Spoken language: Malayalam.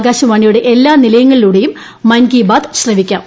ആകാശവാണിയുടെ എല്ലാ നിലയ്ക്ങ്ങളിലൂടെയും മൻ കി ബാത് ശ്രവിക്കാം